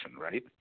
right